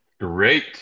Great